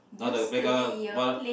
but the playground what ah